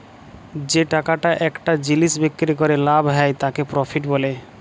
যে টাকাটা একটা জিলিস বিক্রি ক্যরে লাভ হ্যয় তাকে প্রফিট ব্যলে